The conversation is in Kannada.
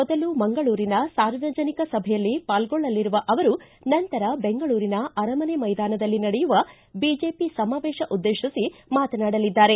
ಮೊದಲು ಮಂಗಳೂರಿನ ಸಾರ್ವಜನಿಕ ಸಭೆಯಲ್ಲಿ ಪಾಲ್ಗೊಳ್ಳಲಿರುವ ಅವರು ನಂತರ ಬೆಂಗಳೂರಿನ ಅರಮನೆ ಮೈದಾನದಲ್ಲಿ ನಡೆಯುವ ಬಿಜೆಪಿ ಸಮಾವೇಶ ಉದ್ದೇಶಿಸಿ ಮಾತನಾಡಲಿದ್ದಾರೆ